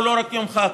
הוא לא רק יום חג,